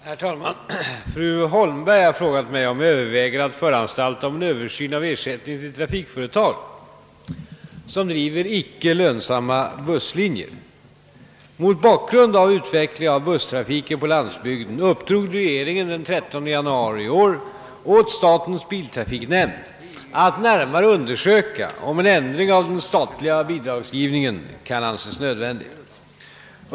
Herr talman! Fru Holmberg har frågat mig om jag överväger att föranstalta om en översyn av ersättningen till trafikföretag som driver icke lönsamma busslinjer. Mot bakgrund av utvecklingen av busstrafiken på landsbygden uppdrog regeringen den 13 januari i år åt statens biltrafiknämnd att närmare undersöka om en ändring av den statliga bidragsgivningen kan anses nödvändig.